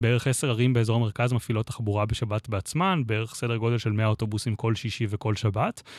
בערך עשר ערים באזור המרכז מפעילות החבורה בשבת בעצמן, בערך סדר גודל של מאה אוטובוסים כל שישי וכל שבת.